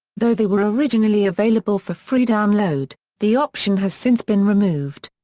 though they were originally available for free download, the option has since been removed.